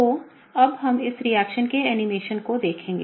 तो अब हम इस रिएक्शन के एनीमेशन को देखेंगे